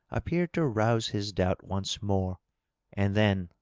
appeared to rouse his doubt once more and then,